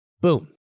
Boom